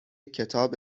کتاب